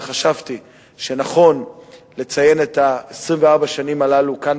וחשבתי שנכון לציין את 24 השנים הללו כאן,